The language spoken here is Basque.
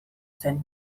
zen